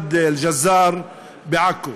מסגד אל-ג'זאר בעכו.